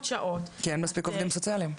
שעות- -- כין אין מספיק עובדים סוציאליים.